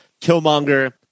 Killmonger